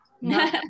no